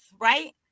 right